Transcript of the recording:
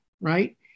right